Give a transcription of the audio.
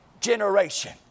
generation